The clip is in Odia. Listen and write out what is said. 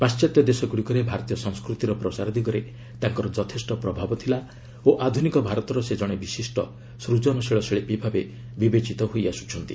ପାଣ୍ଢାତ୍ୟ ଦେଶଗୁଡ଼ିକରେ ଭାରତୀୟ ସଂସ୍କୃତିର ପ୍ରସାର ଦିଗରେ ତାଙ୍କର ଯଥେଷ୍ଟ ପ୍ରଭାବ ଥିଲା ଓ ଆଧ୍ରନିକ ଭାରତର ସେ ଜଣେ ବିଶିଷ୍ଟ ସ୍ୱଜନଶୀଳ ଶିଳ୍ପୀ ଭାବେ ବିବେଚିତ ହୋଇଆସ୍ବଛନ୍ତି